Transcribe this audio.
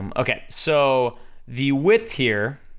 um okay, so the width here